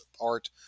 art